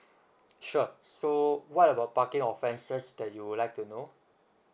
sure so what about parking offenses that you would like to know